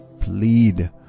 plead